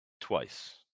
twice